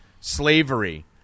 slavery